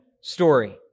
story